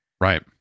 right